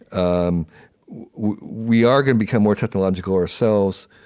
um we are gonna become more technological ourselves.